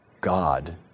God